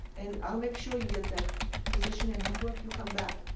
and i'll make sure you get that position in hamburg. you come back.